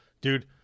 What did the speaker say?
Dude